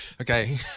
Okay